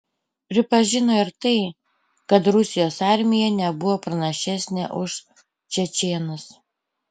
pripažino ir tai kad rusijos armija nebuvo pranašesnė už čečėnus